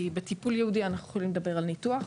בטיפול ייעודי אנחנו יכולים לדבר על ניתוח,